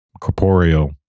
corporeal